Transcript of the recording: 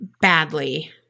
badly